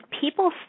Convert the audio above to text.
people